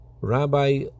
Rabbi